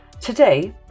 Today